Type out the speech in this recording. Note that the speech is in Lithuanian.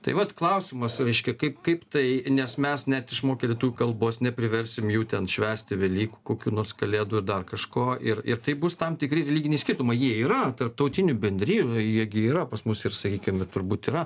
tai vat klausimas reiškia kaip kaip tai nes mes net išmokę lietuvių kalbos nepriversim jų ten švęsti velykų kokių nors kalėdų ar dar kažko ir ir tai bus tam tikri religiniai skirtumai jie yra tarptautinių bendrijų jie gi yra pas mus ir sakykim ir turbūt yra